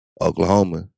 Oklahoma